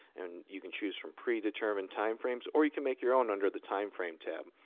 and you can choose from predetermined time frames or you can make your own under the time frame tab.